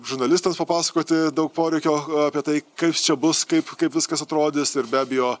žurnalistams papasakoti daug poreikio apie tai kas čia bus kaip kaip viskas atrodys ir be abejo